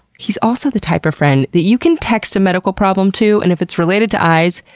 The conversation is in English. he's also the type of friend that you can text a medical problem to, and if it's related to eyes,